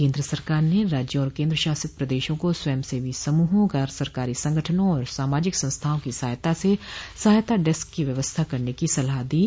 केन्द्र सरकार ने राज्यों और केन्द्र शासित प्रदेशों को स्वयंसेवी समूहों गैर सरकारी संगठनों और सामाजिक संस्थाओं की सहायता से सहायता डेस्क की व्यवस्था करने की सलाह दी है